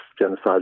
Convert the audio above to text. genocide